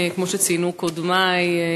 כמו שציינו קודמי,